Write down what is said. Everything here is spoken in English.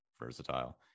versatile